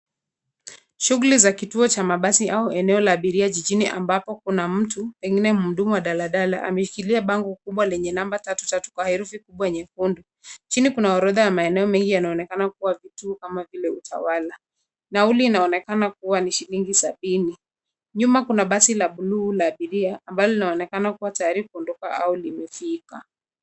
Shughuli za kituo cha mabasi au eneo la abiria jijini ambapo kuna mtu, pengine muhudumu wa daladala ameshikilia bango kubwa lenye namba tatu tatu kwa herufi kubwa nyekundu. Chini kuna orodha ya maeneo mengi yanaonekana kuwa vituo kama vile Utawala. Nauli inaonekana kuwa ni shilingi sabini. Nyuma kuna basi la bluu la abiria, ambalo linaonekana kuwa tayari kuondoka au limefika.